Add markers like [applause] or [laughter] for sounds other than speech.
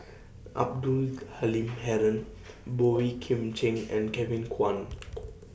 Abdul Halim Haron Boey Kim Cheng [noise] and Kevin Kwan